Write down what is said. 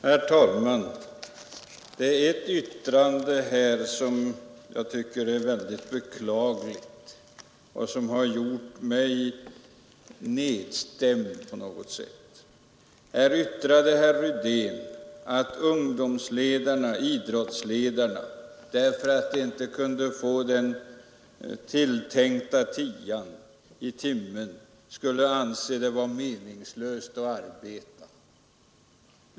Herr talman! Ett yttrande som fällts här finner jag mycket beklagligt, och det har gjort mig nedstämd på något sätt. Herr Rydén yttrade att ungdomsledarna, idrottsledarna, skulle anse att det var meningslöst att arbeta därför att de inte kunde få den tilltänkta tian i timmen.